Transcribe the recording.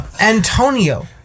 Antonio